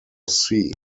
sea